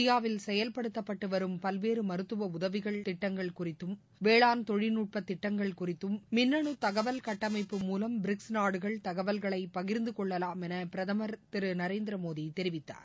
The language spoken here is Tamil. இந்தியாவில் செயல்படுத்தப்பட்டு வரும் பல்வேறு மருத்துவ உதவிகள் திட்டங்கள் குறித்தும் வேளாண் தொழில்நுட்ப திட்டங்கள் குறித்தும் மின்னனு தகவல் கட்டமைப்பு மூலம் பிரிக்ஸ் நாடுகள் தகவல்களை பகிர்ந்து கொள்ளலாம் என பிரதமர் நரேந்திர மோடி தெரிவித்தார்